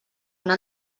una